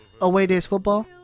awaydaysfootball